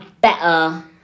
better